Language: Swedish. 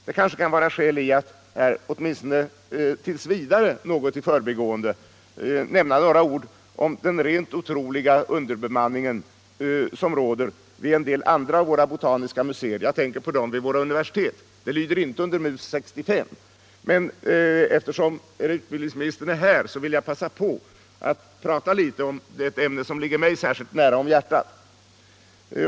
Det kan vara befogat att här, åtminstone tills vidare, något i förbigående nämna några ord om den rent otroliga underbemanning som råder vid en del andra av våra botaniska museer. Jag tänker på dem vid våra universitet. De lyder inte under MUS 65, men eftersom utbildningsministern är här vill jag passa på att prata litet om ett ämne som ligger mig särskilt varmt om hjärtat.